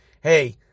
Hey